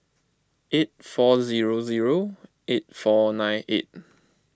eight four zero zero eight four nine eight